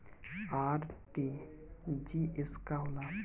RTGS का होला?